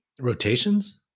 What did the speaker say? rotations